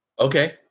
Okay